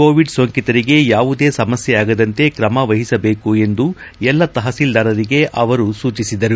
Covid ಸೋಂಕಿತರಿಗೆ ಯಾವುದೇ ಸಮಸ್ನೆ ಆಗದಂತೆ ಅಗತ್ನ ಕ್ರಮ ವಹಿಸಬೇಕು ಎಂದು ಎಲ್ಲಾ ತಹತೀಲ್ಲಾರರಿಗೆ ಅವರು ಸೂಚಿಸಿದರು